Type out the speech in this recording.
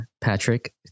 Patrick